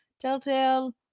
telltale